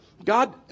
God